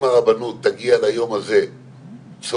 אם הרבנות תגיע ליום הזה צולעת,